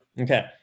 Okay